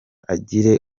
agire